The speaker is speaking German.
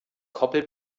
koppel